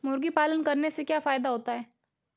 मुर्गी पालन करने से क्या फायदा होता है?